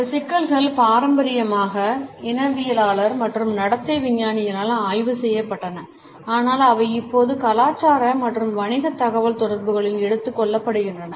இந்த சிக்கல்கள் பாரம்பரியமாக இனவியலாளர் மற்றும் நடத்தை விஞ்ஞானியால் ஆய்வு செய்யப்பட்டன ஆனால் அவை இப்போது கலாச்சார மற்றும் வணிக தகவல்தொடர்புகளிலும் எடுத்துக் கொள்ளப்படுகின்றன